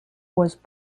was